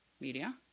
media